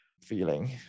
feeling